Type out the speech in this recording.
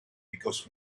because